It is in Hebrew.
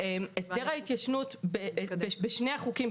הסדר ההתיישנות בשני החוקים,